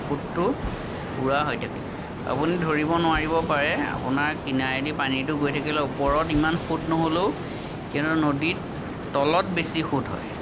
সোঁতটো পূৰা হৈ থাকে আপুনি ধৰিব নোৱাৰিব পাৰে আপোনাৰ কিনাৰেদি পানীটো গৈ থাকিলে ওপৰত ইমান সোঁত নহ'লেও কিন্তু নদীত তলত বেছি সোঁত হয়